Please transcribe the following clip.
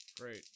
Great